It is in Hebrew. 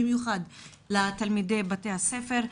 במיוחד לתלמידי בתי הספר.